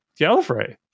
Gallifrey